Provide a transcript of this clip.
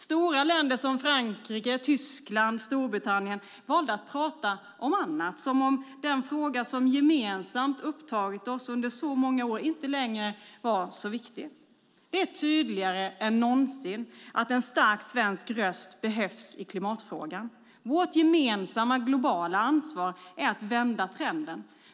Stora länder som Frankrike, Tyskland och Storbritannien valde att prata om annat, som om den fråga som gemensamt upptagit oss under så många år inte längre var så viktig. Det är tydligare än någonsin att en stark svensk röst behövs i klimatfrågan. Vårt gemensamma globala ansvar är att vända trenden.